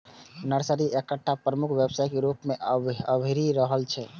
nursery एकटा प्रमुख व्यवसाय के रूप मे अभरि रहल छै